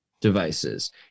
devices